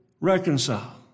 reconcile